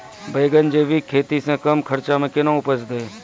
बैंगन जैविक खेती से कम खर्च मे कैना उपजते?